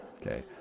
okay